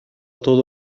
todo